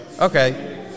okay